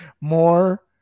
more